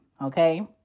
okay